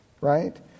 right